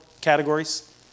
categories